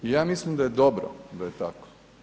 Ja mislim da je dobro da je tako.